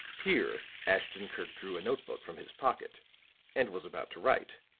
here ashton-kirk drew a note book from his pocket and was about to write,